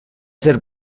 ser